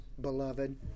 beloved